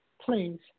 please